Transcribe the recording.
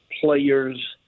players